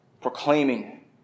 proclaiming